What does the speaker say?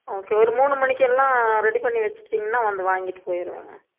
okay ஒரு மூணு மணிக்கு எல்லாம் ரெடி பண்ணி வைச்சிட்டிங்கன்னா வந்து வாங்கிட்டுப் போயிடுவேங்க